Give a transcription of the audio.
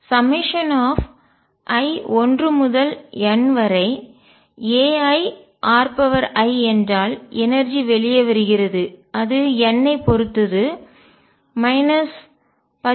uri1nairi என்றால் எனர்ஜிஆற்றல் வெளியே வருகிறது அது n ஐப் பொறுத்தது 13